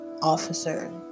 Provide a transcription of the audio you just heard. officer